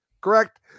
correct